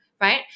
Right